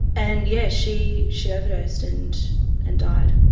and yes, she she overdosed, and and died.